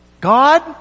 God